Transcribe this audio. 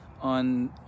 on